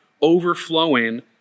overflowing